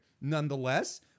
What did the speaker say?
nonetheless